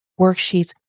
worksheets